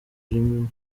ririmo